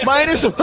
Minus